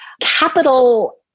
capital